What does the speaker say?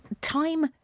Time